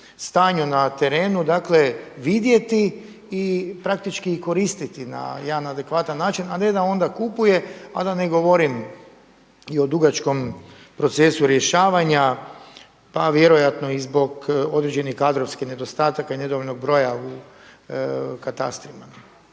na terenu vidjeti i praktički koristiti na jedan adekvatan način, a ne da onda kupuje, a da ne govorim i o dugačkom procesu rješavanja pa vjerojatno i zbog određenih kadrovskih nedostataka i nedovoljnog broja u katastrima.